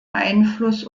einfluss